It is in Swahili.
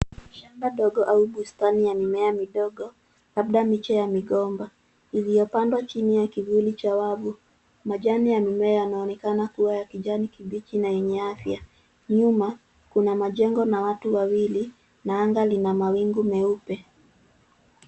Shamba ndogo au bustani ya mimea midogo labda miche ya migomba iliyo pandwa chini ya kivuli cha wavu. Majani ya mimea yanaonekana kuwa ya kijani kibichi na yenye afya. Nyuma kuna majengo na watu wawili na anga lina mawingu meupe.